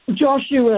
Joshua